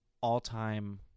all-time